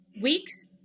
weeks